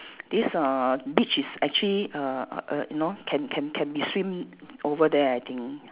this uh beach is actually uh uh uh you know can can can be swim over there I think